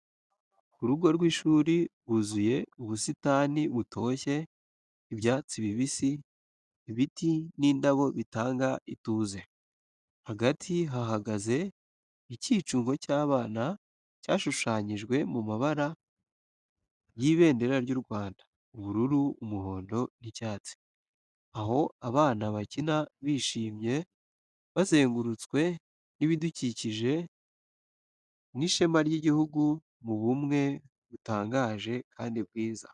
Urugo rw’ishuri rwuzuye ubusitani butoshye, ibyatsi bibisi, ibiti n’indabo bitanga ituze. Hagati hahagaze ikicungo cy’abana cyashushanyijwe mu mabara y’ibendera ry’u Rwanda: ubururu, umuhondo n’icyatsi. Aho abana bakina bishimye, bazengurutswe n’ibidukikije n’ishema ry’igihugu mu bumwe butangaje kandi bwiza.